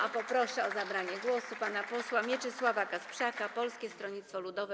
A poproszę o zabranie głosu pana posła Mieczysława Kasprzaka, Polskie Stronnictwo Ludowe.